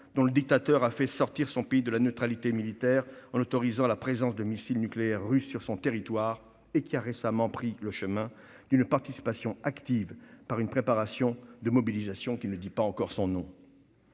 dont le dictateur a fait sortir son pays de la neutralité militaire en autorisant la présence de missiles nucléaires russes sur son territoire, et qui a récemment pris le chemin d'une participation active à la guerre en préparant une mobilisation qui ne dit pas encore son nom.